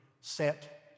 set